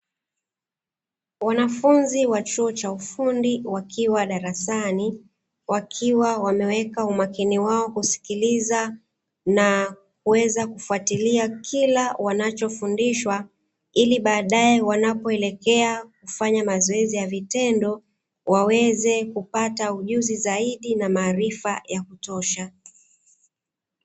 Wanafunzi wa chuo cha ufundi wakiwa darasani, wakiwa wameweka umakini wao kusikiliza na kuweza kufuatilia kila wanachofundishwa; ili baadaye wanapoelekea kufanya mazoezi ya vitendo, waweze kupata ujuzi zaidi na maarifa ya kutosha.